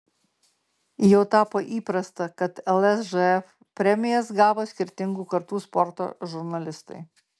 jau tapo įprasta kad lsžf premijas gavo skirtingų kartų sporto žurnalistai